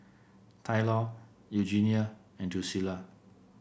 Tylor Eugenia and Drucilla